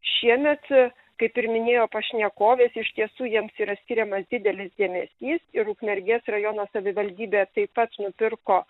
šiemet kaip ir minėjo pašnekovės iš tiesų jiems yra skiriamas didelis dėmesys ir ukmergės rajono savivaldybė taip pat nupirko